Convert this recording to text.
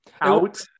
out